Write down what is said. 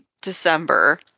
December